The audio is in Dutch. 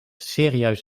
serieus